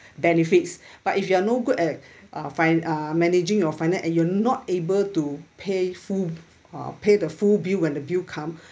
benefits but if you are no good at uh fi~ uh managing your finan~ and you're not able to pay full uh pay the full bill when the bill come